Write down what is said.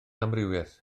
amrywiaeth